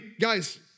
guys